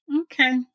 Okay